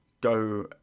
go